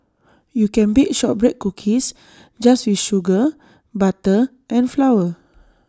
you can bake Shortbread Cookies just with sugar butter and flour